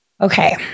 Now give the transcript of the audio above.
Okay